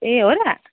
ए हो र